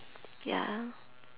ya